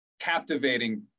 captivating